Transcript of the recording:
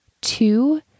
Two